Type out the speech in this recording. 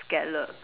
scallop